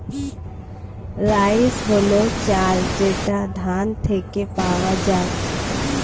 rice হল চাল যেটা ধান থেকে পাওয়া যায়